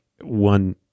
one